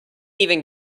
even